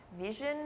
Vision